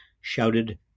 shouted